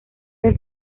del